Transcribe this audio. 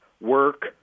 work